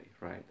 right